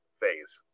phase